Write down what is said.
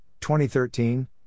2013